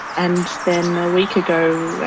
and then a week ago,